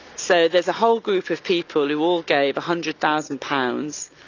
so there's a whole group of people who all gave a hundred thousand pounds.